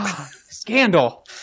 Scandal